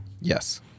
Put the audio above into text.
Yes